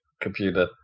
computer